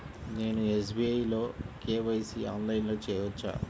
నేను ఎస్.బీ.ఐ లో కే.వై.సి ఆన్లైన్లో చేయవచ్చా?